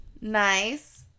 Nice